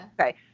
Okay